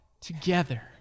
together